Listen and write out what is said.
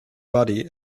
body